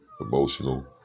emotional